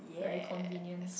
very convenient